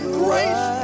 grace